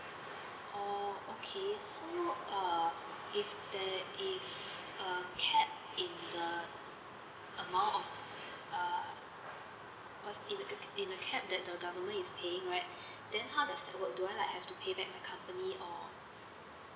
oh okay so uh if there is a cap in the amount of uh in the in the cap that the government is paying right then how does it work do I like have to pay back to the company or